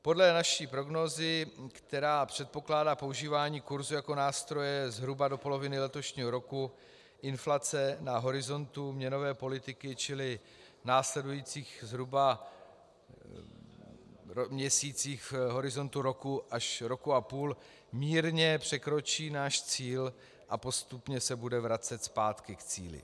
Podle naší prognózy, která předpokládá používání kurzu jako nástroje zhruba do poloviny letošního roku, inflace na horizontu měnové politiky, čili v následujících zhruba měsících v horizontu roku až roku a půl, mírně překročí náš cíl a postupně se bude vracet zpátky k cíli.